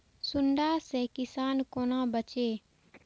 सुंडा से किसान कोना बचे?